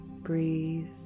breathe